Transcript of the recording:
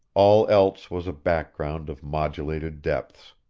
all else was a background of modulated depths.